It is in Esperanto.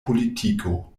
politiko